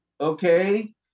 Okay